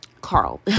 Carl